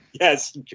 Yes